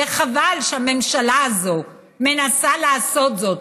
וחבל שהממשלה הזאת מנסה לעשות זאת,